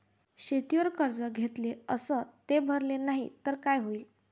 शेतीवर कर्ज घेतले अस ते भरले नाही तर काय होईन?